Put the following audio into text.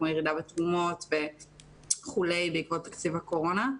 כמו ירידה בתרומות וכו' בעקבות הקורונה.